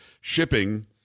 Shipping